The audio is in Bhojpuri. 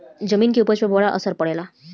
जमीन के उपज पर बड़ा असर पड़ेला